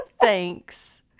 thanks